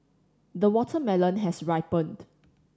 the watermelon has ripened